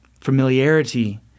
familiarity